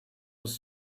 was